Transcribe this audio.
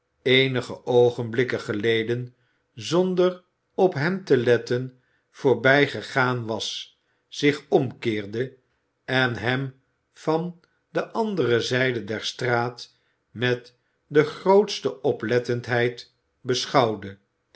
eenige oogenblikken geleden zonder op hem te letten voorbijgegaan was zich omkeerde en hem van de andere zijde der straat met de grootste oplettendheid beschouwde